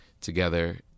together